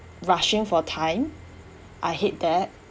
rushing for time I hate that